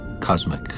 cosmic